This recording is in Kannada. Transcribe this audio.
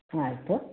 ಹಾಂ ಆಯಿತು